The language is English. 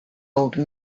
old